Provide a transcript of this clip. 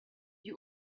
you